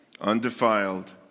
undefiled